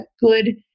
good